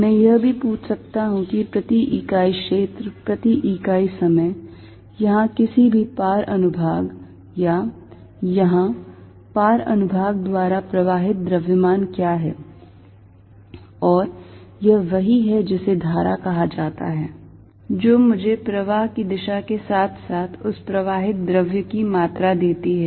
मैं यह भी पूछ सकता हूं कि प्रति इकाई क्षेत्र प्रति इकाई समय यहां किसी भी पार अनुभाग या यहां पार अनुभाग द्वारा प्रवाहित द्रव्यमान क्या है और यह वही है जिसे धारा कहा जाता है जो मुझे प्रवाह की दिशा के साथ साथ उस प्रवाहित द्रव्य की मात्रा देती है